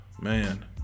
man